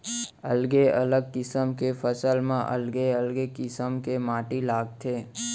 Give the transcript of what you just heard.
अलगे अलग किसम के फसल म अलगे अलगे किसम के माटी लागथे